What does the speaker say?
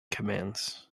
commands